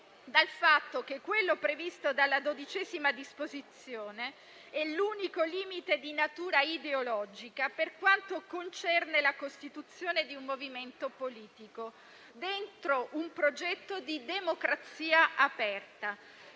dal fatto che quello previsto dalla XII disposizione è l'unico limite di natura ideologica per quanto concerne la costituzione di un movimento politico dentro un progetto di democrazia aperta.